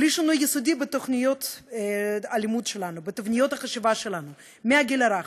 בלי שינוי יסודי בתוכניות הלימוד שלנו ובתבניות החשיבה שלנו מהגיל הרך,